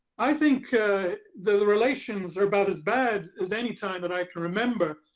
i think the relations are about as bad as any time that i can remember,